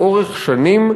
לאורך שנים,